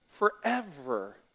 Forever